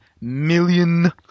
million